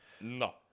no